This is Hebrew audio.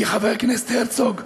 כי חבר הכנסת הרצוג,